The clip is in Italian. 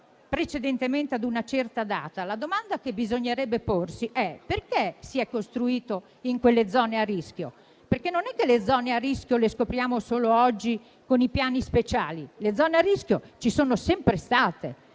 la domanda che bisognerebbe porsi è perché si è costruito in quelle zone a rischio. Le zone a rischio infatti, non le scopriamo solo oggi con i piani speciali; le zone a rischio ci sono sempre state,